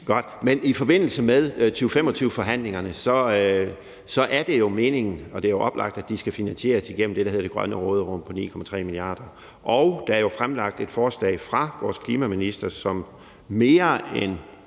jo i forbindelse med 2025-forhandlingerne meningen, og det er oplagt, at de skal finansieres igennem det, der hedder det grønne råderum, på 9,3 mia. kr., og der er jo fra vores klimaministers side fremlagt